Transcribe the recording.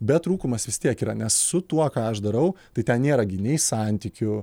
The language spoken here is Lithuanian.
bet trūkumas vis tiek yra nes su tuo ką aš darau tai ten nėra gi nei santykių